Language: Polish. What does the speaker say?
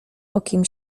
okiem